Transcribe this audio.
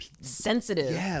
sensitive